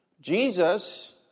Jesus